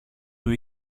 του